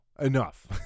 Enough